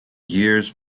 years